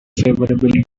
favorability